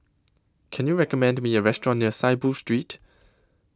Can YOU recommend Me A Restaurant near Saiboo Street